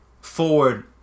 forward